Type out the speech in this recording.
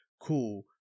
Cool